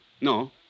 no